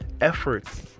efforts